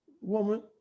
woman